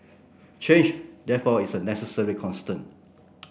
change therefore is a necessary constant